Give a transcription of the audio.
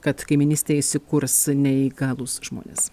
kad kaimynystėje įsikurs neįgalūs žmonės